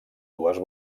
dues